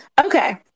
Okay